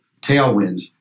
tailwinds